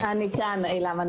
לדבר.